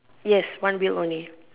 yes one wheel only